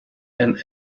and